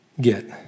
get